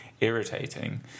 irritating